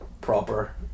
proper